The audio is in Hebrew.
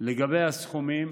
לגבי הסכומים,